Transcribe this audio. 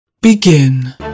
Begin